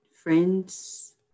Friends